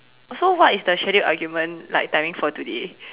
so what is the scheduled argument like timing for today